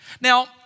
Now